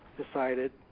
decided